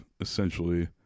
essentially